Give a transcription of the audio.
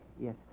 Yes